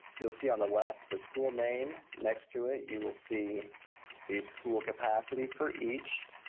you'll see on the left, the school name. next to it, you will see the school capacity for each.